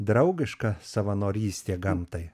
draugiška savanorystė gamtai